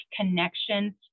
connections